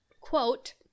quote